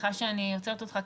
סליחה שאני עוצרת אותך,